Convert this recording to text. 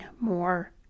more